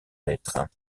lettres